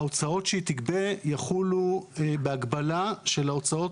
ההוצאות שהיא תגבה יחולו בהגבלה של ההוצאות